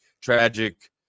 tragic